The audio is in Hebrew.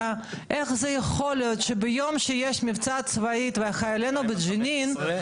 איך זה יכול להיות שביום שיש מבצע צבאי וחיילינו בג'נין